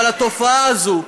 אבל התופעה הזאת,